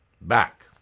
Back